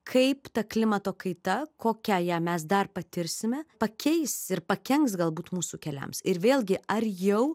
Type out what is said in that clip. kaip ta klimato kaita kokią ją mes dar patirsime pakeis ir pakenks galbūt mūsų keliams ir vėlgi ar jau